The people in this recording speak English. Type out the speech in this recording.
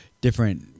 different